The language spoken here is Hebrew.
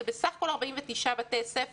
זה בסך הכול 49 בתי-ספר.